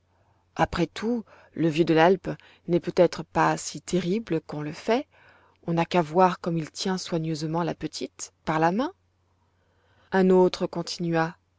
après tout le vieux de l'alpe n'est peut-être pas si terrible qu'on le fait on n'a qu'à voir comme il tient soigneusement la petite par la main un autre continua